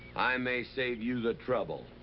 may save you the trouble.